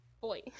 boy